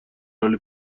حال